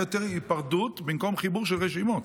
תהיה יותר היפרדות במקום חיבור של רשימות.